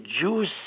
Jews